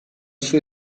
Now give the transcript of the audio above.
suo